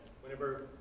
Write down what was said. whenever